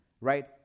right